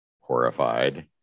horrified